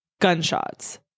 gunshots